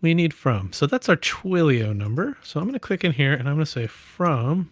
we need from, so that's our twilio number. so i'm gonna click in here, and i'm gonna say from